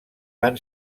van